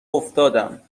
افتادم